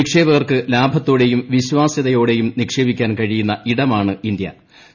നിക്ഷേപ്കർക്ക് ലാഭത്തോടെയും വിശ്വാസൃതയോടെയും നിക്ഷേപിക്ക്ടാൻ ക്ഴിയുന്ന ഇടമാണ് ഇന്തൃ